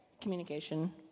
communication